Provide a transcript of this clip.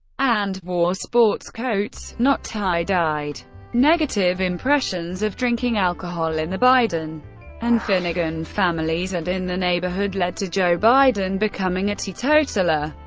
and wore sports coats. not tie-dyed. negative impressions of drinking alcohol in the biden and finnegan families and in the neighborhood led to joe biden becoming a teetotaler.